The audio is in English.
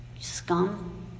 scum